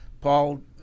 Paul